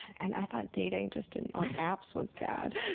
and i thought dating just and on apps was bad.